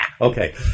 Okay